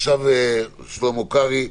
עכשיו שלמה קרעי.